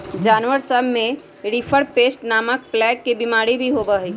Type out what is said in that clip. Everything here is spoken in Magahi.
जानवर सब में रिंडरपेस्ट नामक प्लेग के बिमारी भी होबा हई